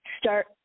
start